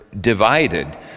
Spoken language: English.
divided